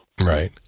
Right